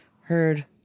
Heard